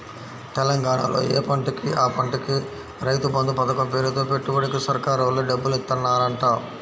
తెలంగాణాలో యే పంటకి ఆ పంటకి రైతు బంధు పతకం పేరుతో పెట్టుబడికి సర్కారోల్లే డబ్బులిత్తన్నారంట